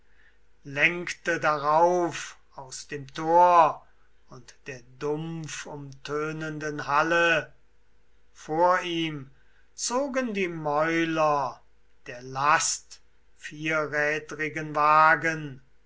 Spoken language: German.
lenkte darauf aus dem tor und der dumpfumtönenden halle vor ihm zogen die mäuler der last vierrädrigen wagen